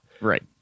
Right